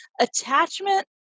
Attachment